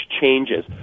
changes